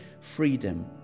freedom